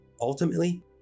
Ultimately